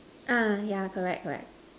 ah yeah correct correct